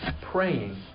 praying